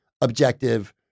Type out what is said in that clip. objective